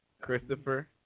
Christopher